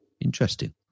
Interesting